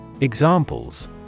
Examples